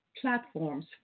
platforms